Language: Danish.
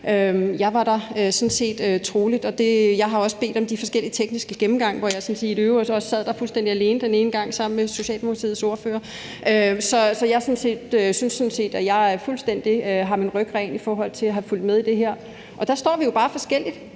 der sådan set troligt, og jeg har også bedt om de forskellige tekniske gennemgange, hvor jeg sådan set i øvrigt også sad der fuldstændig alene den ene gang sammen med Socialdemokratiets ordfører. Så jeg synes sådan set, at jeg fuldstændig har min ryg ren i forhold til at have fulgt med i det. Vi står jo bare forskelligt.